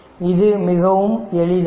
இது மிகவும் எளிதானது